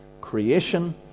Creation